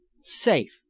safe